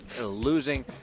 losing